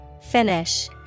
finish